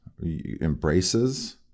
embraces